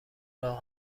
راه